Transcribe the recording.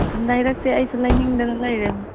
ꯂꯩꯔꯛꯁꯦ ꯑꯩꯁꯨ ꯂꯩꯅꯤꯡꯗꯅ ꯂꯩꯔꯤꯅꯤ